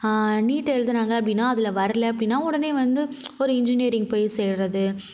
NEET எழுதினாங்க அப்படின்னா அதில் வரல அப்படினா உடனே வந்து ஒரு இஞ்ஜினியரிங் போய் சேர்வது